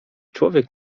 człowiek